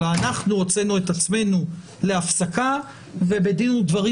אלא אנחנו הוצאנו את עצמנו להפסקה ובדין ודברים